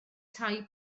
tai